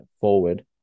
forward